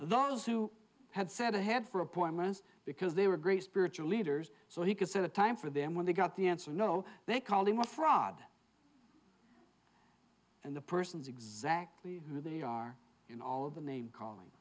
those who had said ahead for appointments because they were great spiritual leaders so he could set a time for them when they got the answer no they call him a fraud and the persons exactly who they are in all the name calling